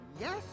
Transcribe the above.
Yes